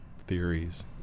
theories